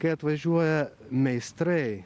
kai atvažiuoja meistrai